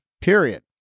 period